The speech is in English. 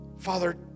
Father